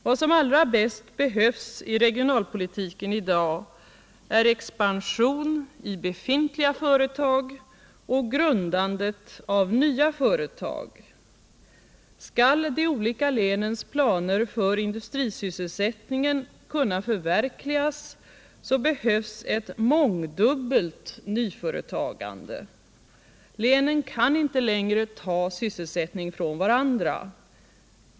Vad som allra bäst behövs i regionalpolitiken i dag är expansion av befintliga företag och grundandet av nya företag. Skall de olika länens planer för industrisysselsättningen kunna förverkligas så behövs ett mångdubbelt nyföretagande. Länen kan inte längre ta sysselsättning från varandra.